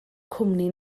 cwmni